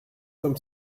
some